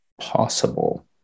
possible